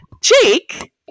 Jake